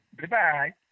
Goodbye